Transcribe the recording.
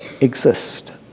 exist